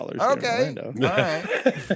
Okay